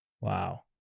wow